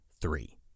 three